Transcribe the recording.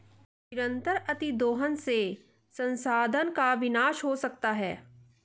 निरंतर अतिदोहन से संसाधन का विनाश हो सकता है